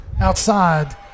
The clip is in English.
outside